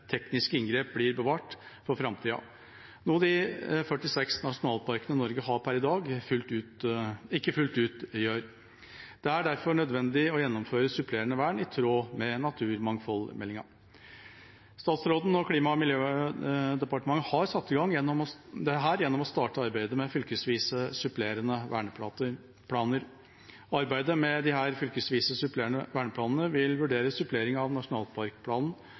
tekniske inngrep blir bevart for framtida, noe de 46 nasjonalparkene Norge har i dag, ikke fullt ut gjør. Det er derfor nødvendig å gjennomføre supplerende vern i tråd med naturmangfoldmeldinga. Statsråden og Klima- og miljøverndepartementet har satt i gang dette gjennom å starte arbeidet med fylkesvise supplerende verneplaner. I arbeidet med disse fylkesvise supplerende verneplanene vil en vurdere en supplering av nasjonalparkplanen